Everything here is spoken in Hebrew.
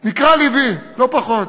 נקרע לבי, לא פחות.